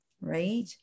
right